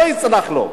לא ייסלח לו.